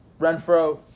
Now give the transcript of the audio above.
Renfro